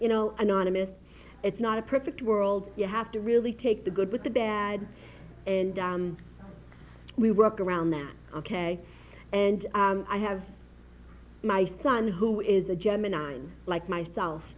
you know anonymous it's not a perfect world you have to really take the good with the bad and down we work around that ok and i have my son who is a gemini and like myself